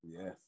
Yes